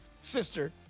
sister